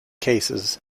cases